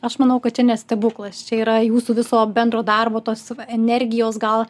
aš manau kad čia ne stebuklas čia yra jūsų viso bendro darbo tos savo energijos gal